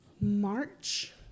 March